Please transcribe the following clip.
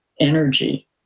energy